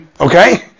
Okay